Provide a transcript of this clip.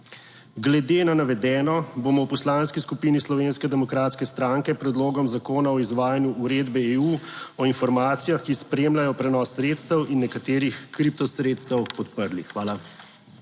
Glede na navedeno bomo v Poslanski skupini Slovenske demokratske stranke predlogom zakona o izvajanju uredbe EU o informacijah, ki spremljajo prenos sredstev in nekaterih kriptosredstev podprli. Hvala.